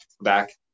back